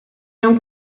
hem